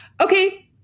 Okay